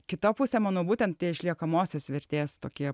kita pusė mano būtent tie išliekamosios vertės tokie